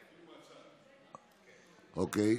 אוקיי,